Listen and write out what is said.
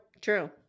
true